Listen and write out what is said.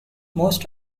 most